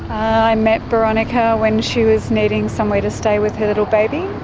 i met boronika when she was needing somewhere to stay with her little baby.